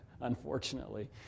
Unfortunately